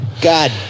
God